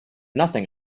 nothing